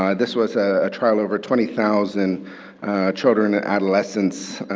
um this was a trial over twenty thousand children adolescents